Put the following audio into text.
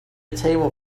table